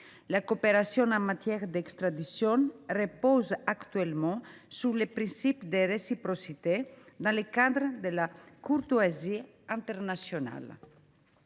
La coopération en matière d’extradition repose actuellement sur le principe de réciprocité dans le cadre de la courtoisie internationale.